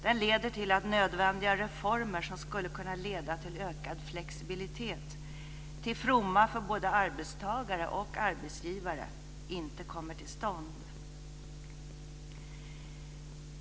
Den leder till att nödvändiga reformer som skulle kunna leda till ökad flexibilitet, till fromma för både arbetstagare och arbetsgivare, inte kommer till stånd.